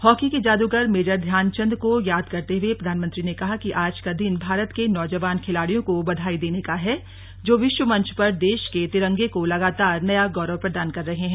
hockey के जादूगर major Dhyanchand को याद करते हुए प्रधानमंत्री ने कहा आज का दिन भारत के नौजवान खिलाड़ियों को बधाई देने का है जो विश्व मंच पर देश के तिरंगे को लगातार नया गौरव प्रदान कर रहे हैं